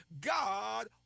God